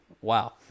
wow